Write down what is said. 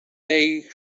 dig